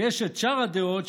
ויש את שאר הדעות,